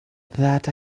that